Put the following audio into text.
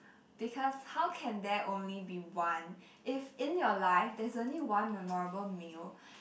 because how can there only be one if in your life there's only one memorable meal